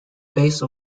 base